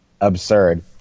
absurd